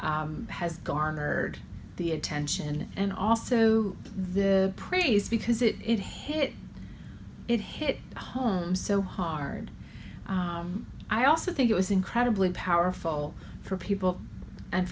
has garnered the attention and also the praise because it it hit it hit home so hard i also think it was incredibly powerful for people and